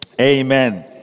Amen